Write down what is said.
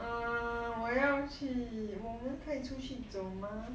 err 我要去看我们可以出去走吗